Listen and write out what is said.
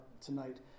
tonight